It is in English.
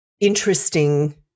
interesting